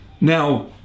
Now